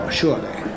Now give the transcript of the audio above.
surely